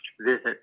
visit